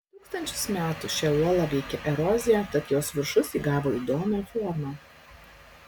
tūkstančius metų šią uolą veikė erozija tad jos viršus įgavo įdomią formą